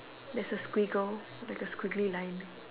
there's a squiggle like a squiggly line